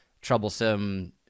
troublesome